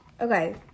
Okay